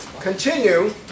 continue